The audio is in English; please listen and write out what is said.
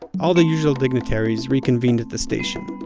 all the usual dignitaries reconvened at the station,